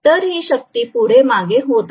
तर ही शक्ती पुढे मागे होत आहे